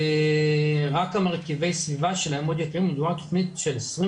רק מרכיבי הסביבה של --- מדובר בתכנית של 26